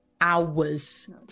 hours